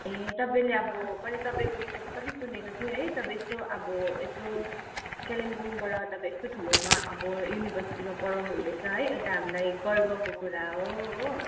ए तपाईँले अब मैले तपाईँको विषयमा कति सुनेको थिएँ है तपाईँ यसो अब यसो कालिम्पोङबाट तपाईँ यस्तो ठुलोमा अब युनिभर्सिटीमा पढाउनु हुँदैछ है एउटा हामीलाई गर्वको कुरा हो हो